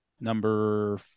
number